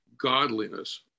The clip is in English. godliness